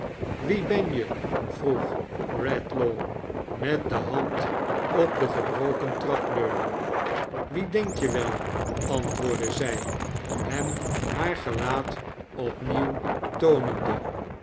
wie ben je vroeg redlaw mot de hand op de gebroken trapleuning wie denk je wel antwoordde zij hem haar gelaat opnieuw toonende